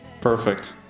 Perfect